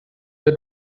der